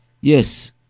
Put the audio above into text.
yes